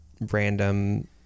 random